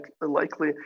likely